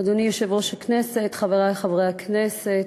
אדוני יושב-ראש הכנסת, חברי חברי הכנסת,